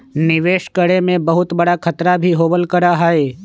निवेश करे में बहुत बडा खतरा भी होबल करा हई